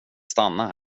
stanna